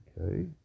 okay